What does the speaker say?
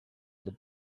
the